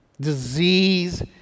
disease